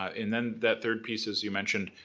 and then that third piece as you mentioned,